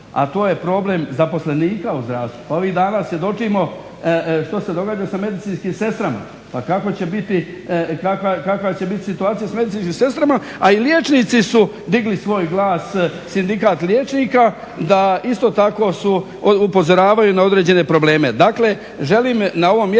a to je problem zaposlenika u zdravstvu. Ovih dana svjedočimo što se događa sa medicinskim sestrama pa kako će biti situacija sa medicinskim sestrama a i liječnici su digli svoj glas, sindikat liječnika da isto tako upozoravaju na određene probleme.